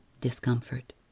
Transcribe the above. discomfort